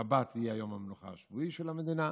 שבת יהיה יום המנוחה השבועי של המדינה,